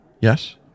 Yes